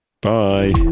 Bye